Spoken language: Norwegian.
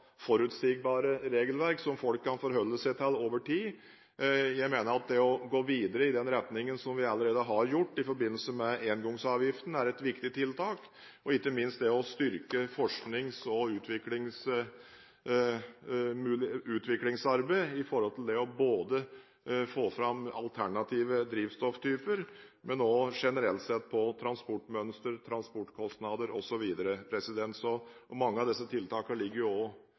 forutsigbare regelverk som folk kan forholde seg til over tid. Jeg mener at det å gå videre i den retningen som vi allerede har gjort i forbindelse med engangsavgiften, er et viktig tiltak, og ikke minst å styrke forsknings- og utviklingsarbeidet både for å få fram alternative drivstofftyper og også generelt sett transportmønster, transportkostnader osv. Mange av disse tiltakene er også omtalt og ligger for så vidt inne i det forliket som nå er gjort om klimapolitikken, og